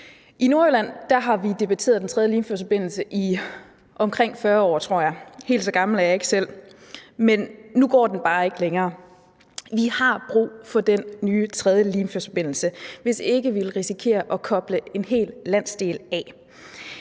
I Nordjylland har vi debatteret den tredje Limfjordsforbindelse i omkring 40 år, tror jeg. Helt så gammel er jeg ikke selv. Men nu går den bare ikke længere. Vi har brug for den nye, tredje Limfjordsforbindelse, hvis ikke vi vil risikere at koble en hel landsdel af.